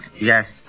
Yes